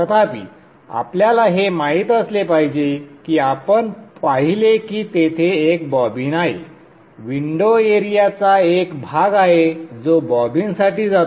तथापि आपल्याला हे माहित असले पाहिजे की आपण पाहिले की तेथे एक बॉबिन आहे विंडो एरियाचा एक भाग आहे जो बॉबिनसाठी जातो